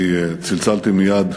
אני צלצלתי מייד